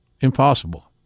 impossible